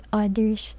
others